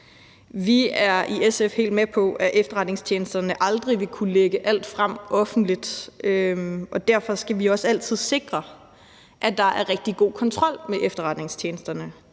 Vi er i SF helt med på, at efterretningstjenesterne aldrig vil kunne lægge alt frem offentligt. Derfor skal vi også altid sikre, at der er rigtig god kontrol med efterretningstjenesterne.